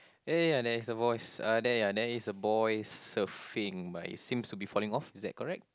ya ya ya there is a voice uh there ya there is a boy surfing but he seems to be falling off is that correct